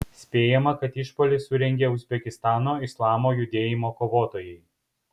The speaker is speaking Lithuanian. spėjama kad išpuolį surengė uzbekistano islamo judėjimo kovotojai